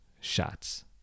shots